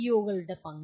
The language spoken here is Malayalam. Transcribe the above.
ഒകളുടെ പങ്ക്